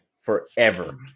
Forever